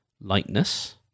lightness